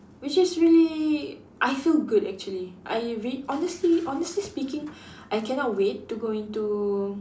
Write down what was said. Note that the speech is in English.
which is really I feel good actually I really honestly honestly speaking I cannot wait to go into